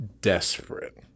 Desperate